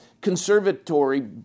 Conservatory